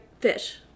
fish